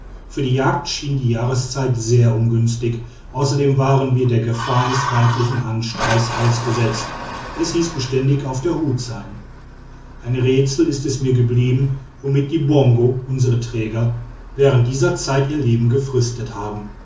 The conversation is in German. für die jagd schien die jahreszeit sehr ungünstig außerdem waren wir der gefahr eines feindlichen handstreichs ausgesetzt es hieß beständig auf der hut sein ein rätsel ist es mir geblieben womit die bongo unsere träger während dieser zeit ihr leben gefristet haben